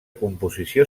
composició